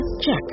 Check